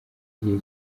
igihe